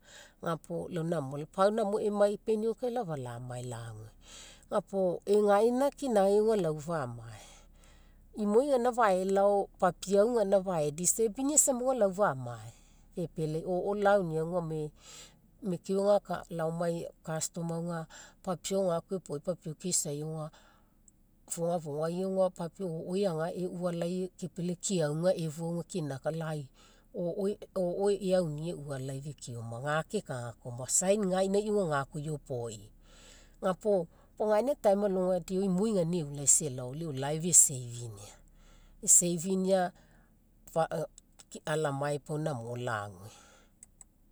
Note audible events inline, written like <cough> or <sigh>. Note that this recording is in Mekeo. Gapuo lau namo, pau namo emaipeniau lau afala mae lague. Ga puo egaina kinagai lau famae, imoi gaina faelao, papiau gaina fae disturbinia sama lau famae. Epealai o'o launia gome mekeo ega laoma, custom auga auga papiau ga koa iopoi papiau gakoa keisaii auga fogafogai auga papiau o'o eaga eualai kepealai keaga efua keinaka, lai o'o eaunia eualai fekeoma, ga kekagakaga oma. Sign gainii auga ga koa iopoi, ga puo gaina time alogai deo imoi gaina eulaisa elao lau life esavinia. Esavinia <hesitation> alamae pau namo lague.